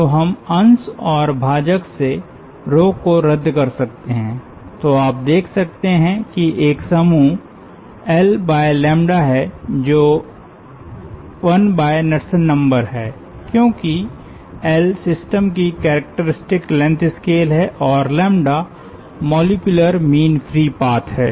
तो हम अंश और भाजक से को रद्द कर सकते हैं तो आप देख सकते हैं कि एक समूह L है जो 1नड्सन नंबर है क्योंकि L सिस्टम की कैरेक्टरिस्टिक लेंथ स्केल है और lambda molecular mean free path है